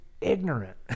ignorant